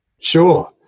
Sure